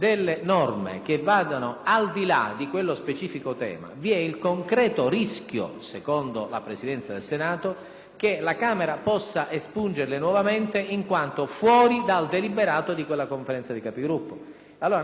che la Camera possa espungerle nuovamente in quanto fuori dal deliberato di quella Conferenza dei Capigruppo. Nella logica e nella sinergia di un leale rapporto di collaborazione tra Camera e Senato e nella logica della buona legiferazione